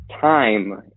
time